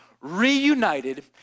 Reunited